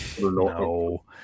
No